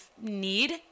need